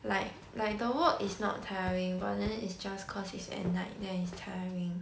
like like the work is not tiring but then is just cause it's at night then is tiring